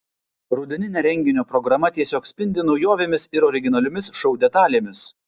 rudeninė renginio programa tiesiog spindi naujovėmis ir originaliomis šou detalėmis